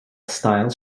style